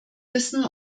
wissen